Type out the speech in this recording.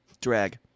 Drag